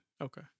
Okay